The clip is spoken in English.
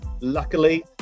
Luckily